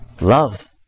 love